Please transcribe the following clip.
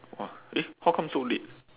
!wah! eh how come so late